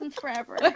Forever